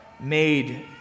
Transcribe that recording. made